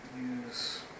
use